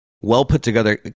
well-put-together